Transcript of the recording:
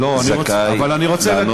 לא, אני רוצה, הוא זכאי לענות.